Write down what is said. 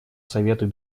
совету